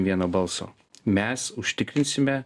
vieno balso mes užtikrinsime